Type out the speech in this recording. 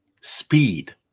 speed